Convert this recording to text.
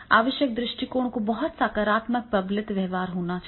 आवश्यक दृष्टिकोण को बहुत सकारात्मक प्रबलित व्यवहार होना चाहिए